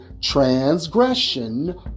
transgression